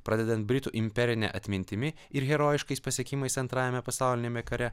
pradedant britų imperine atmintimi ir herojiškais pasiekimais antrajame pasauliniame kare